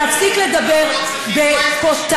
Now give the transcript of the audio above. להפסיק לדבר בכותרות,